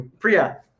Priya